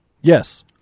Yes